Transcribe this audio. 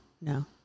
No